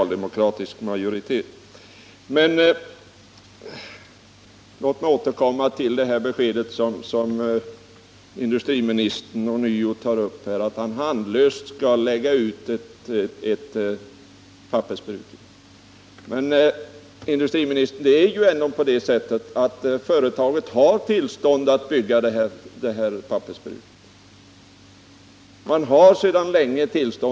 Låt mig återkomma till beskedet, som industriministern ånyo tar upp, att han handlöst skulle lägga ut ett pappersbruk. Men, industriministern, företaget har ju sedan länge tillstånd att bygga detta pappersbruk.